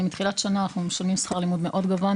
מתחילת השנה אנחנו משלמים שכר לימוד מאוד גבוה,